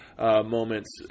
moments